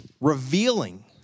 revealing